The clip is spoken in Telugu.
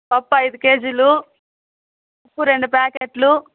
పప్పు ఐదు కేజీలు ఉప్పు రెండు ప్యాకెట్లు